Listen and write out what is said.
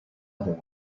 other